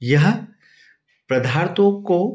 यह पदार्थों को